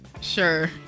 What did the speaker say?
Sure